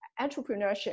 entrepreneurship